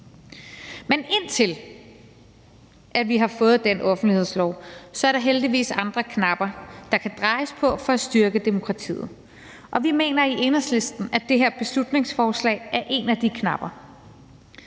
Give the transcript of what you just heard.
Men indtil vi har fået den offentlighedslov, er der heldigvis andre knapper, der kan drejes på for at styrke demokratiet. Og vi mener i Enhedslisten, at det her beslutningsforslag er en af de knapper.